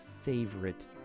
favorite